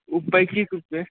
ओ पैतीस रूपए